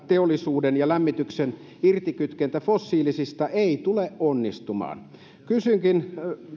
teollisuuden ja lämmityksen irtikytkentä fossiilisista ei tule onnistumaan kysynkin